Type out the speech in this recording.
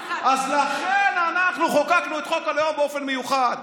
לכן אנחנו חוקקנו את חוק הלאום באופן מיוחד.